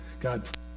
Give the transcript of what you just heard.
God